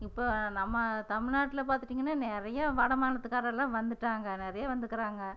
இப்போ நம்ம தமிழ்நாட்டுல பார்த்துட்டீங்கன்னா நிறைய வடமாநிலத்துகாரரெலாம் வந்துட்டாங்க நிறைய வந்துருக்குறாங்க